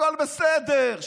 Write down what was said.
הכול בסדר,